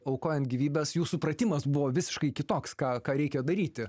aukojant gyvybes jų supratimas buvo visiškai kitoks ką ką reikia daryti